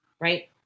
right